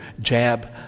jab